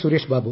Suresh Babu